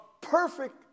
perfect